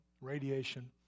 radiation